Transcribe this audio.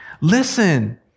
Listen